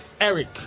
Eric